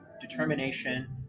determination